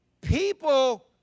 People